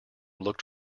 looked